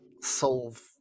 solve